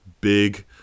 big